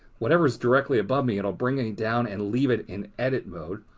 whatever is directly above me. it'll bring it down and leave it in edit mode.